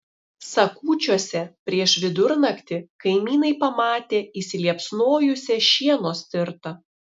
sakūčiuose prieš vidurnaktį kaimynai pamatė įsiliepsnojusią šieno stirtą